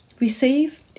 receive